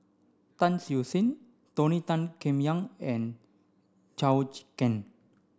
Tan Siew Sin Tony Tan Keng Yam and Zhou Can